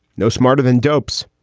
no smarter than dopes.